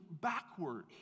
backwards